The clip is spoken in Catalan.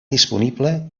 disponible